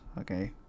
okay